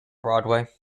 broadway